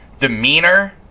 demeanor